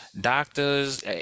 doctors